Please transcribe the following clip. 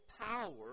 power